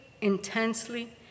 intensely